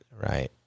Right